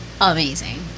amazing